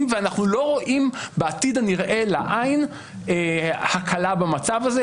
ואנחנו לא רואים בעתיד הנראה לעין הקלה במצב הזה.